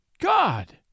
God